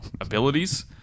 abilities